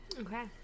Okay